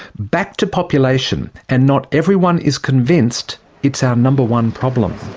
back to population, and not everyone is convinced it's our number one problem.